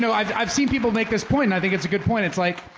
so i've i've seen people make this point and i think it's a good point. it's like,